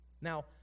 Now